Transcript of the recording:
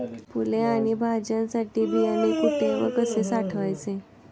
फुले आणि भाज्यांसाठी बियाणे कुठे व कसे साठवायचे?